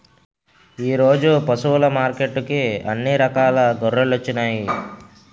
ఈరోజు పశువులు మార్కెట్టుకి అన్ని రకాల గొర్రెలొచ్చినాయ్